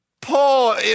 Paul